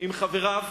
עם חבריו